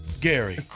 Gary